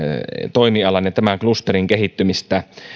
toimialan ja tämän klusterin kehittymistä